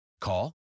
Call